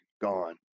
Gone